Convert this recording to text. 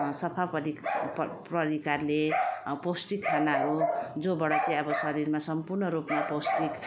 सफा परि प परिकारले पौष्टिक खानाहरू जसबाट चाहिँ अब शरीरमा सम्पूर्ण रूपमा पौष्टिक